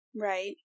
Right